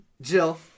Jill